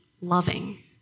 loving